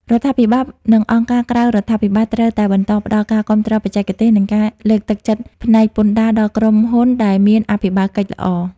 រដ្ឋាភិបាល និងអង្គការក្រៅរដ្ឋាភិបាល ត្រូវតែបន្តផ្ដល់ការគាំទ្របច្ចេកទេស និងការលើកទឹកចិត្តផ្នែកពន្ធដារដល់ក្រុមហ៊ុនដែលមានអភិបាលកិច្ចល្អ។